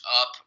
up